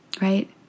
right